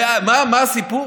מה הסיפור?